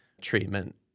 treatment